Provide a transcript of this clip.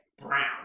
brown